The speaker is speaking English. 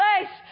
place